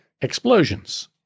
explosions